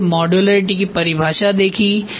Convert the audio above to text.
फिर मॉडुलरिटी कि परिभाषा देखी